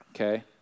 okay